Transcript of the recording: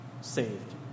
saved